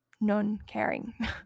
non-caring